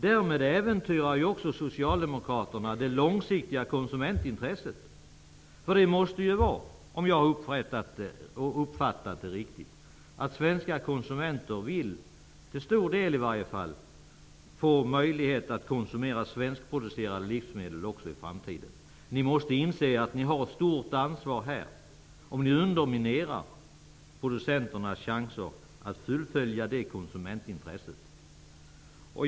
Därmed äventyrar socialdemokraterna också det långsiktiga konsumentintresset. Om jag har uppfattat rätt vill svenska konsumenter i varje fall till stor del få möjlighet att konsumera svenskproducerade livsmedel också i framtiden. Ni måste inse att ni tar ett stort ansvar, om ni underminerar producenternas möjligheter att tillgodose detta konsumentintresse.